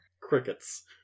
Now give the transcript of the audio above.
Crickets